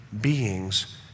beings